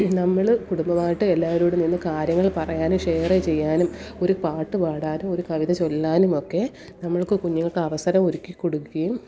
നമ്മൾ കുടുംബമായിട്ട് എല്ലാവരോടും നിന്ന് കാര്യങ്ങൾ പറയാനും ഷെയർ ചെയ്യാനും ഒരു പാട്ടു പാടാനും ഒരു കവിത ചൊല്ലാനും ഒക്കെ നമ്മൾക്ക് കുഞ്ഞുങ്ങൾക്കവസരം ഒരുക്കി കൊടുക്കയും